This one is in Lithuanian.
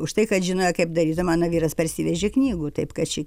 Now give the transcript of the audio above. už tai kad žinojo kaip daryt o mano vyras parsivežė knygų taip kad čia